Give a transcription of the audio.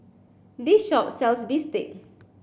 this shop sells Bistake